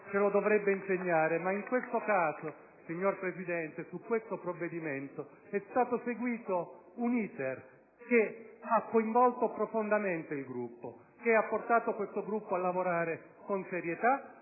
ce lo dovrebbe insegnare. Tuttavia, in questo caso, Signor Presidente, sul provvedimento in esame è stato seguito un *iter* che ha coinvolto profondamente il Gruppo, che ha portato questo Gruppo a lavorare con serietà